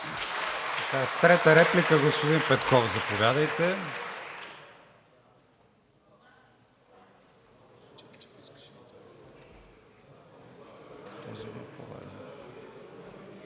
Трета реплика – господин Петков, заповядайте.